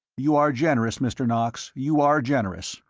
you are generous, mr. knox, you are generous.